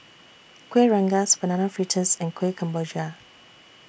Kueh Rengas Banana Fritters and Kuih Kemboja